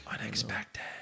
Unexpected